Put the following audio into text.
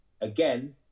again